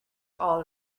all